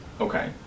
Okay